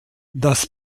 das